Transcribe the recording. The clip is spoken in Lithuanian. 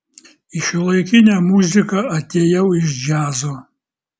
į šiuolaikinę muziką atėjau iš džiazo